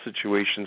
situations